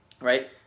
right